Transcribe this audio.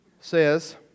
says